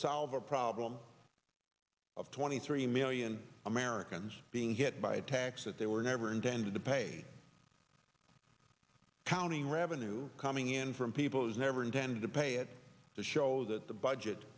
solve a problem of twenty three million americans being hit by a tax that they were never intended to pay counting revenue coming in from people is never intended to pay it to show that the budget